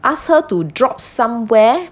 ask her to drop somewhere